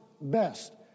best